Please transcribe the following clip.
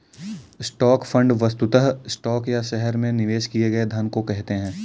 stock fund वस्तुतः stock या शहर में निवेश किए गए धन को कहते हैं